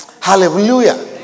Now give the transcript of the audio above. Hallelujah